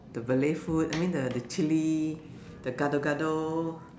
the Malay food I mean the the chilli the Gado-Gado